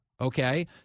okay